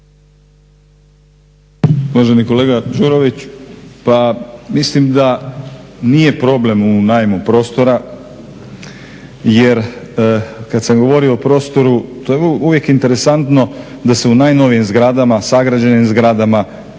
Uvaženi kolega Đurović, pa mislim da nije problem u najmu prostora jer kada sam govorio o prostoru to je uvijek interesantno da se u najnovijim zgradama, sagrađenim zgradama